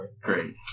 great